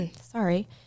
sorry